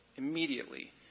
immediately